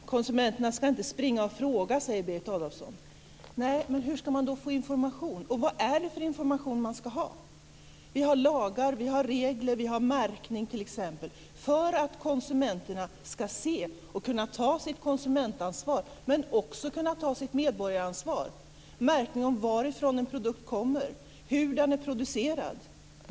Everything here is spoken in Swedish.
Fru talman! Konsumenterna ska inte springa och fråga, säger Berit Adolfsson. Nej, men hur ska man då få information? Och vad är det för information man ska ha? Vi har lagar, vi har regler och vi har märkning för att konsumenterna ska kunna se och ta sitt konsumentansvar - men också sitt medborgaransvar. Vi har märkning om varifrån en produkt kommer och hur den är producerad.